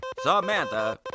Samantha